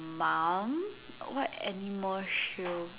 mom what animal she'll